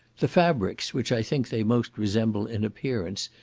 the fabrics which i think they most resemble in appearance,